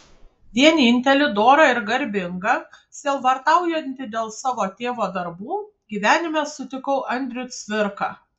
vienintelį dorą ir garbingą sielvartaujantį dėl savo tėvo darbų gyvenime sutikau andrių cvirką